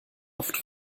oft